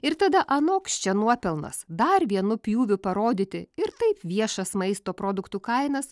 ir tada anoks čia nuopelnas dar vienu pjūviu parodyti ir taip viešas maisto produktų kainas